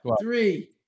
Three